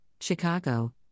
Chicago